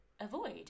avoid